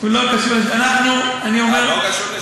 הוא לא קשור, אה, לא קשור לשלום?